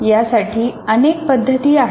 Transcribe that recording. यासाठी अनेक पद्धती आहेत